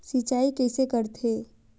सिंचाई कइसे करथे?